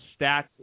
stats